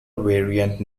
variant